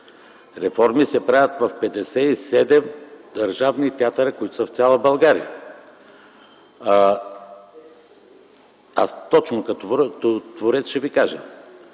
реформи се правят в 57 държавни театъра в цяла България. Точно като творец ще Ви кажа: